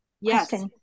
yes